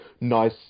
nice